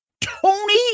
Tony